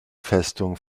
festung